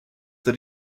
that